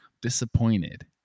Disappointed